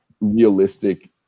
realistic